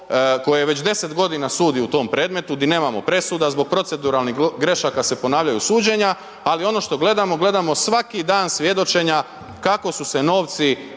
koje već 10 g. sudi u tom predmetu, di nemamo presuda, zbog proceduralnih grešaka se ponavljaju suđenja ali ono što gledamo, gledamo svaki dana svjedočenja kako su se novci